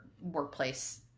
workplace